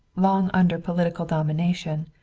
long under political dominion,